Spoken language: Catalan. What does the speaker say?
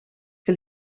que